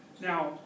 Now